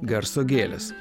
garso gėlės